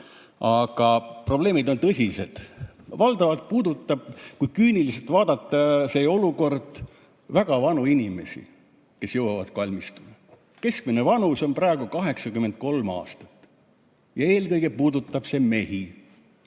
probleemid on tõsised. Valdavalt puudutab, kui küüniliselt vaadata, see olukord väga vanu inimesi, kes jõuavad kalmistule. Keskmine vanus on neil praegu 83 aastat. Eelkõige puudutab see mehi.